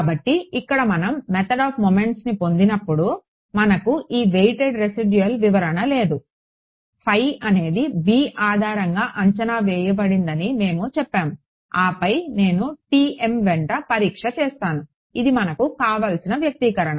కాబట్టి ఇక్కడ మనం మెథడ్ ఆఫ్ మొమెంట్స్ని పొందినప్పుడు మనకు ఈ వెయిట్డ్ రెసిడ్యుల్ వివరణ లేదు అనేది b ఆధారంగా అంచనా వేయబడిందని మేము చెప్పాము ఆపై నేను వెంట పరీక్ష చేస్తానుఇది మనకు కావలసిన వ్యక్తీరణ